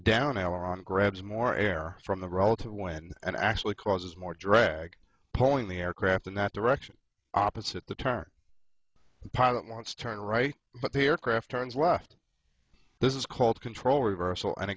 downhill on grabs more air from the relative way and actually causes more drag pulling the aircraft in that direction opposite the turn the pilot wants to turn right but the aircraft turns left this is called control reversal and